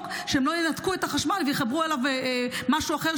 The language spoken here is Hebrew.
שהם לא ינתקו את החשמל ויחברו אליו משהו אחר,